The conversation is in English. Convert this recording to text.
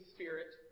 Spirit